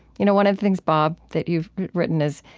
you know one of the things, bob, that you've written is,